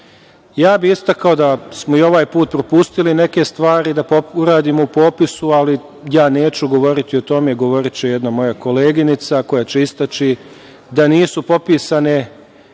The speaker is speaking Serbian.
bih da smo i ovaj put propustili neke stvari da uradimo u popisu, ali ja neću govoriti o teme, govoriće jedna moja koleginica koja će istaći da nisu popisane